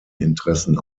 interessen